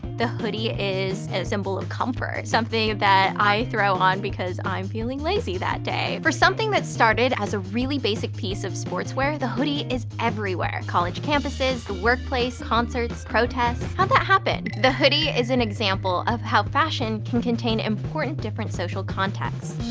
the hoodie is a symbol of comfort, something that i throw on because i'm feeling lazy that day. for something that started as a really basic piece of sportswear, the hoodie is everywhere college campuses, the workplace, concerts, protests how'd um that happen? the hoodie is an example of how fashion can contain important different social contexts.